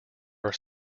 are